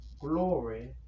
glory